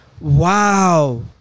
Wow